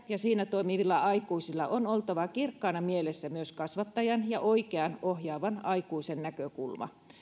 ja siinä toimivilla aikuisilla on oltava kirkkaana mielessä myös kasvattajan ja oikeaan ohjaavan aikuisen näkökulma